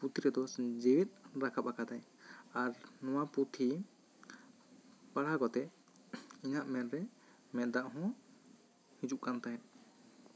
ᱯᱩᱸᱛᱷᱤ ᱨᱮᱫᱚ ᱡᱤᱭᱮᱫ ᱨᱟᱠᱟᱵ ᱟᱠᱟᱫᱟᱭ ᱟᱨ ᱱᱚᱶᱟ ᱯᱩᱸᱛᱷᱤ ᱯᱟᱲᱦᱟᱣ ᱠᱟᱛᱮᱫ ᱤᱧᱟᱹᱜ ᱢᱮᱫ ᱨᱮ ᱢᱮᱫ ᱫᱟᱜ ᱦᱚᱸ ᱦᱤᱡᱩᱜ ᱠᱟᱱ ᱛᱟᱦᱮᱸᱫ